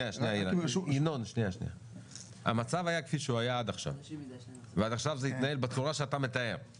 היה כפי שהוא היה עד עכשיו ועד עכשיו זה התנהל בצורה שאתה מתאר,